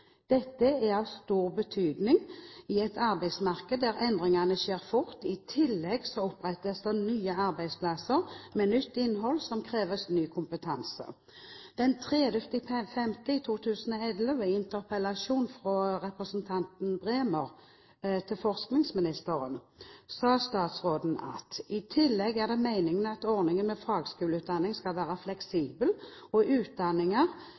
Dette er av stor betydning i et arbeidsmarked der endringer skjer fort. I tillegg opprettes det arbeidsplasser med nytt innhold som krever ny kompetanse. Den 30. mai 2011 i en interpellasjon fra representanten Bremer til forskningsministeren sa statsråden: «I tillegg er det meningen at ordningen med fagskoleutdanning skal være fleksibel, og